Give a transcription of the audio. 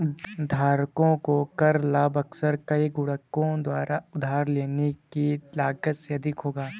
धारकों को कर लाभ अक्सर कई गुणकों द्वारा उधार लेने की लागत से अधिक होगा